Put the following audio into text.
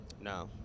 No